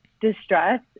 distress